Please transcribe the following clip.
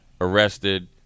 arrested